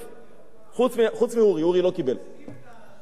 איפה משיגים את התנ"ך,